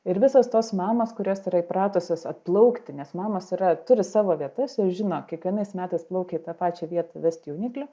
ir visos tos mamos kurios yra įpratusios atplaukti nes mamos yra turi savo vietas ir žino kiekvienais metais plaukia į tą pačią vietą vest jauniklių